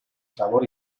sabor